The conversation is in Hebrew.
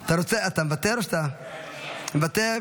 --- אתה מוותר או שאתה, מוותר.